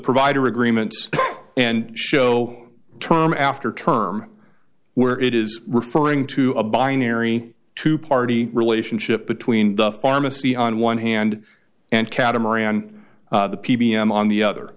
provider agreement and show term after term where it is referring to a binary two party relationship between the pharmacy on one hand and catamaran the p b m on the other